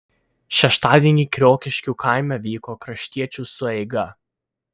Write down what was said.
šeštadienį kriokiškių kaime vyko kraštiečių sueiga